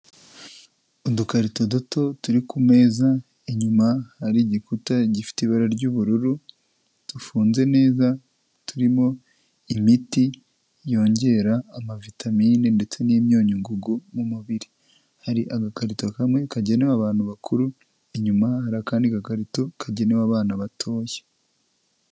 Udukarito duto turi ku meza, inyuma hari igikuta gifite ibara ry'ubururu dufunze neza turimo imiti yongera amavitamine ndetse n'imyunyu ngugu mu mubiri. Hari agakarito kamwe kagenewe abantu bakuru, inyuma hari akandi gakarito kagenewe abana batoya.